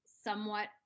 somewhat